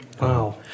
Wow